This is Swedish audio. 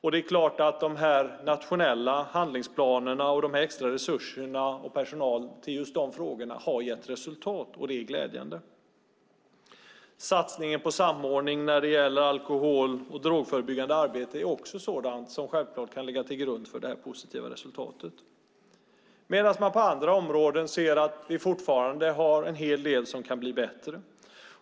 De nationella handlingsplanerna, de extra resurserna och personal till just de frågorna har gett resultat, och det är glädjande. Satsningen på samordning när det gäller det alkohol och drogförebyggande arbetet är också sådant som kan ligga till grund för det här positiva resultatet. På andra områden ser vi att vi fortfarande har en hel del som kan bli bättre.